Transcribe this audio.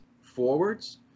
forwards